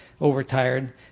overtired